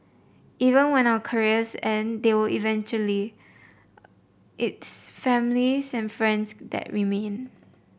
even when our careers and they will eventually it's families and friends that remain